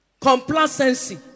Complacency